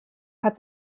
hat